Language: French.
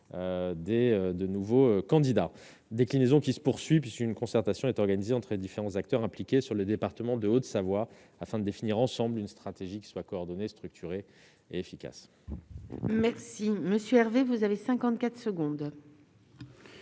2 nouveaux candidats déclinaison qui se poursuit puisqu'une concertation est organisée en très différents acteurs impliqués sur le département de Haute-Savoie afin de définir ensemble une stratégie qui soit coordonné structuré et efficace. Merci. Si Monsieur Hervé, vous avez 54 secondes.